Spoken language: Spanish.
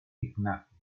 ignacio